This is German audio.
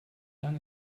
lange